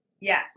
Yes